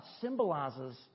symbolizes